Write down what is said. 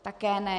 Také ne.